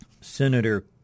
Senator